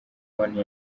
konti